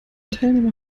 teilnehmer